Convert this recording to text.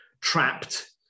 trapped